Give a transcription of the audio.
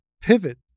pivot